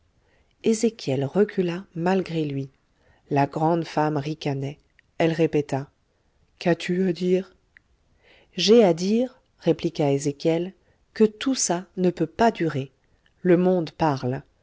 ezéchiel recula malgré lui la grande femme ricanait elle répéta qas tu à dire j'ai à dire répliqua ezéchiel que tout ça ne peut pas durer le monde parle